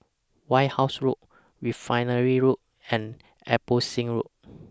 White House Road Refinery Road and Abbotsingh Road